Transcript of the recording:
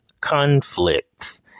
conflicts